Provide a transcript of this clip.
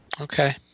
Okay